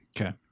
Okay